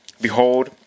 Behold